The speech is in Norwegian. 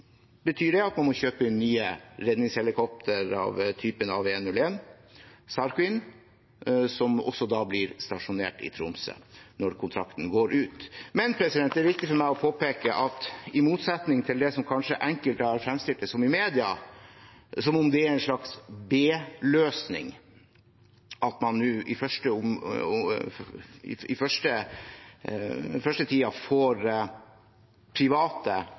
at man må kjøpe inn nye redningshelikopter av typen AW101 SAR Queen, som da blir stasjonert i Tromsø når kontrakten går ut. Det er viktig for meg å påpeke at i motsetning til slik enkelte kanskje har fremstilt det i media, som om det at man nå i den første tiden får private som leverer redningshelikoptertjeneste fra Tromsø, er en slags